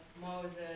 Moses